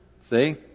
See